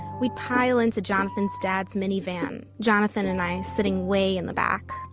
we'd pile into jonathan's dad's minivan, jonathan and i sitting way in the back,